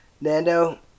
Nando